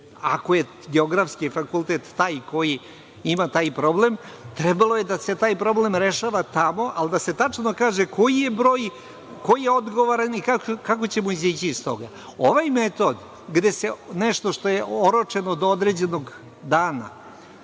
Ako je Geografski fakultet taj koji ima taj problem, trebalo je da se taj problem rešava tamo, ali da se tačno kaže koji je broj, ko je odgovoran i kako ćemo izaći iz toga. Ovaj metod, gde se nešto što je oročeno do određenog dana